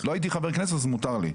לא הייתי חבר כנסת אז מותר לי.